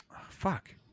Fuck